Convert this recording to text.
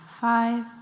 five